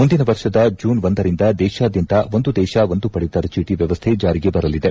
ಮುಂದಿನ ವರ್ಷದ ಜೂನ್ ಒಂದರಿಂದ ದೇಶಾದ್ಯಂತ ಒಂದು ದೇಶ ಒಂದು ಪಡಿತರ ಚೀಟಿ ವ್ವವಸ್ಥೆ ಜಾರಿಗೆ ಬರಲಿದೆ